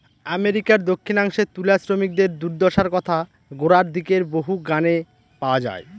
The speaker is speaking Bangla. আমেরিকার দক্ষিনাংশে তুলা শ্রমিকদের দূর্দশার কথা গোড়ার দিকের বহু গানে পাওয়া যায়